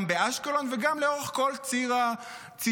גם באשקלון וגם לאורך כל ציר הצינור.